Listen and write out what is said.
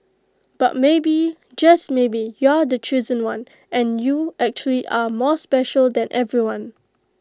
but maybe just maybe you're the chosen one and you actually are more special than everyone